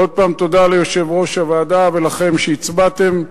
ועוד פעם תודה ליושב-ראש הוועדה, ולכם שהצבעתם.